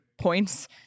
points